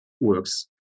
works